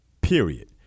period